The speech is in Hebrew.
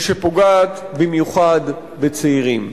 ופוגעת במיוחד בצעירים.